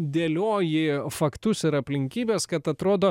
dėlioji faktus ir aplinkybes kad atrodo